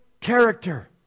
character